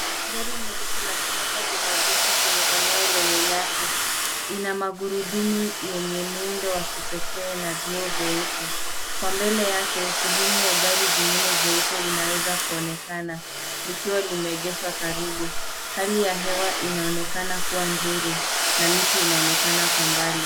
Gari nyeusi la kisasa limeegeshwa kwenye eneo lenye nyasi, ina magurudumu yenye muundo wakipekee na vioo vieusi. Kwa mbele yake, sehemu ya gari jingine jeupe inaweza kuonekana, likiwa limeegeshwa karibu. Hali ya hewa inaonekana kuwa mzuri. Na miti inaonekana kwa mbali.